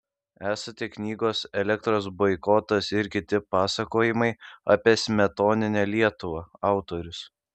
esate knygos elektros boikotas ir kiti pasakojimai apie smetoninę lietuvą autorius